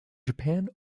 japan